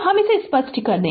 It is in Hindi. तो हम इसे यहाँ स्पष्ट कर दे